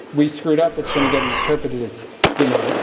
we screwed up. it's going to get interpreted as you know,